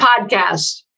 podcast